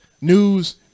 news